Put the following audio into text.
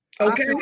Okay